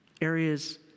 areas